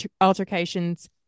altercations